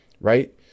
Right